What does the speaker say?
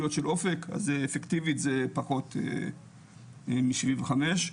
העלויות אופק אז אפקטיבית זה פחות מ-75 ,